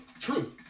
true